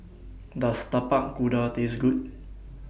Does Tapak Kuda Taste Good